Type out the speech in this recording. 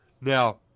Now